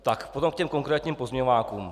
Tak potom k těm konkrétním pozměňovákům.